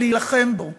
ולהילחם בו,